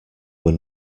were